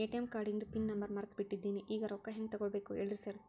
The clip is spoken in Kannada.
ಎ.ಟಿ.ಎಂ ಕಾರ್ಡಿಂದು ಪಿನ್ ನಂಬರ್ ಮರ್ತ್ ಬಿಟ್ಟಿದೇನಿ ಈಗ ರೊಕ್ಕಾ ಹೆಂಗ್ ತೆಗೆಬೇಕು ಹೇಳ್ರಿ ಸಾರ್